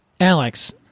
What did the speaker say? alex